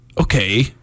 Okay